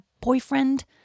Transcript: boyfriend